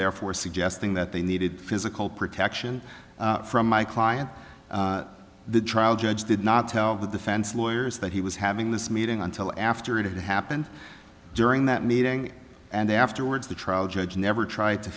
therefore suggesting that they needed physical protection from my client the trial judge did not tell the defense lawyers that he was having this meeting until after it happened during that meeting and afterwards the trial judge never tr